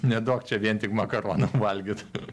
neduok čia vien tik makaronų valgyt